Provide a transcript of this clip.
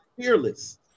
Fearless